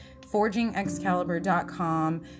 ForgingExcalibur.com